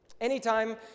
Anytime